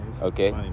Okay